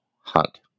hunt